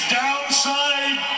downside